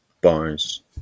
bars